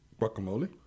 Guacamole